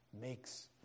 makes